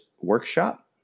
Workshop